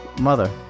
mother